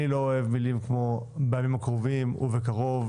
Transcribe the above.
אני לא אוהב מילים כמו בימים הקרובים או בקרוב.